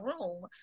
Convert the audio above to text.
room